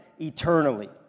eternally